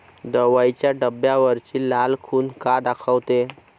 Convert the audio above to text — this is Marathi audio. दवाईच्या डब्यावरची लाल खून का दाखवते?